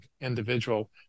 individual